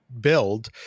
build